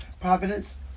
providence